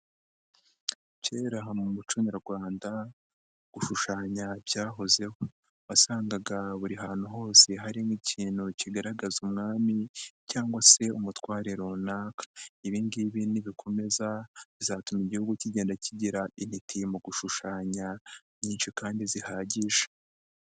Kera aha mu muco Nyarwanda gushushanya cyahozeho, wasangaga buri hantu hose harimo ikintu kigaragaza umwami cyangwa se umutware runaka, ibi ngibi nibikomeza bizatuma igihugu kigenda kigira intiti mu gushushanya nyinshi kandi zihagije.